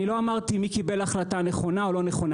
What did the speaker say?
אני לא אמרתי מי קיבל החלטה נכונה או לא נכונה,